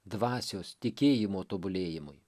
dvasios tikėjimo tobulėjimui